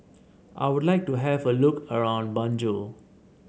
I would like to have a look around Banjul